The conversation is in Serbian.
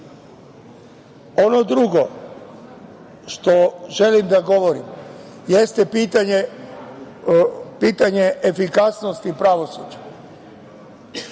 drugo što želim da kažem jeste pitanje efikasnosti pravosuđa.